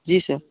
जी sir